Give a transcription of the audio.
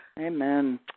Amen